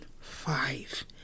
five